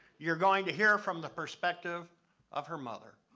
you're going to hear from the perspective of her mother.